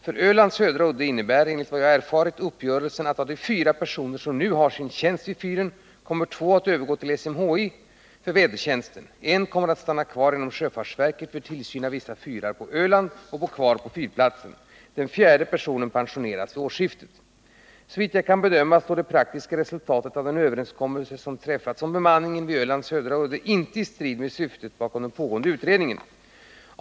För Ölands södra udde innebär uppgörelsen, enligt vad jag erfarit, att av de fyra personer som nu har sin tjänst vid fyren kommer två att övergå till SMHI för vädertjänsten. En kommer att stanna kvar inom sjöfartsverket för tillsyn av vissa fyrar på Öland och bo kvar på fyrplatsen. Den fjärde personen pensioneras vid årsskiftet. Såvitt jag kan bedöma står det praktiska resultatet av den överenskommelse som träffats om bemanningen vid Ölands södra udde inte i strid med syftet bakom den pågående utredningen.